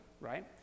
right